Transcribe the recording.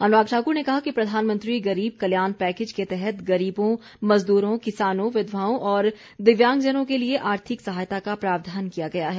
अनुराग ठाकुर ने कहा कि प्रधानमंत्री गरीब कल्याण पैकेज के तहत गरीबों मजदूरों किसानों विधवाओं और दिव्यांगजनों के लिए आर्थिक सहायता का प्रावधान किया गया है